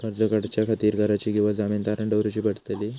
कर्ज काढच्या खातीर घराची किंवा जमीन तारण दवरूची पडतली?